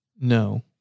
No